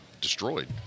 destroyed